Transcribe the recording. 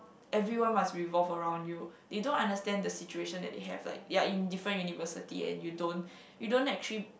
everyone must revolve around you they don't understand the situation that they have like you're in different university and you don't you don't actually